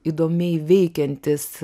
įdomiai veikiantis